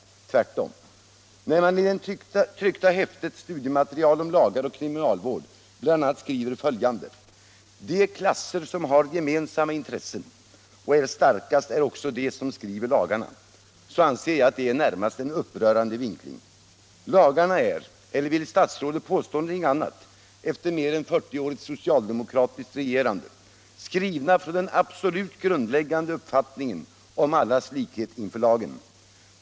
Tvärtom! I det tryckta häftet med studiematerial om lagar och kriminalvård Om visst skolkonsertprograms förenlighet med kravet på objektivitet i skolundervisningen skriver man bl.a. följande: ”De klasser som har gemensamma intressen och är starkast är också de som skriver lagarna.” Detta anser jag är en närmast upprörande vinkling. Lagarna är — eller vill statsrådet påstå något annat efter ett mer än 40-årigt socialdemokratiskt regerande? — skrivna från den absolut grundläggande uppfattningen om allas likhet inför lagen.